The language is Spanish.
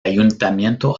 ayuntamiento